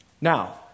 Now